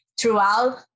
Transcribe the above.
throughout